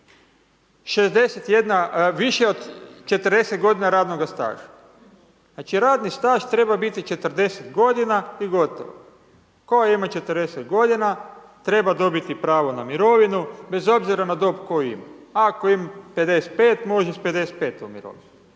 više od 40 g. radnoga staža. Znači radni staž treba biti 40 g. i gotovo. Tko je imao 40 g. treba dobiti pravo na mirovinu, bez obzira na dob koju ima. Ako ima 55, može s 55 u mirovinu.